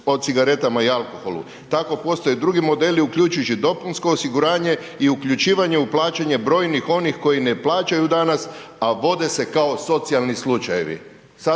o cigaretama i alkoholu. Tako postoje drugi modeli uključujući dopunsko osiguranje i uključivanje u plaćanje brojnih onih koji ne plaćaju danas, a vode se kao socijalni slučajevi.